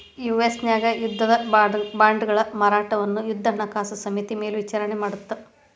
US ನ್ಯಾಗ ಯುದ್ಧದ ಬಾಂಡ್ಗಳ ಮಾರಾಟವನ್ನ ಯುದ್ಧ ಹಣಕಾಸು ಸಮಿತಿ ಮೇಲ್ವಿಚಾರಣಿ ಮಾಡತ್ತ